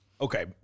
Okay